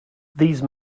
these